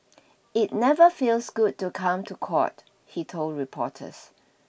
it never feels good to come to court he told reporters